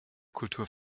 kultur